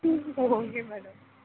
ಹಾಂ ಹೋಗಿ ಮೇಡಮ್